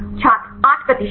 छात्र 8 प्रतिशत